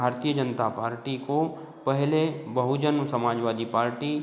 भारतीय जनता पार्टी को पहले बहुजन समाजवादी पार्टी